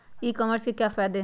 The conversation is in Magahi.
ई कॉमर्स के क्या फायदे हैं?